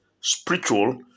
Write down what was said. spiritual